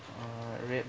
uh is it